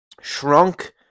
shrunk